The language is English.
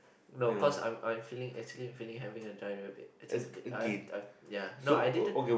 no cause I'm I'm feeling actually feeling having a diarrhoea bit it just a bit I've I've ya no I didn't